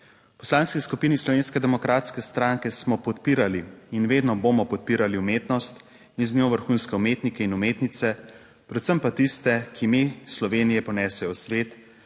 Poslanski skupini Slovenske demokratske stranke smo podpirali in vedno bomo podpirali umetnost in z njo vrhunske umetnike in umetnice, predvsem pa tiste, ki me iz Slovenije ponesejo svet,